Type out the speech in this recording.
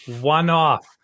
One-off